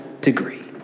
degree